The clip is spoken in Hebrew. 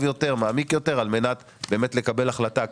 יותר ומעמיק יותר על מנת באמת לקבל החלטה,